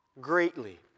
greatly